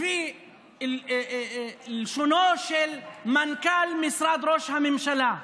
לפי לשונו של מנכ"ל משרד ראש הממשלה,